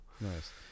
Nice